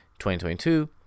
2022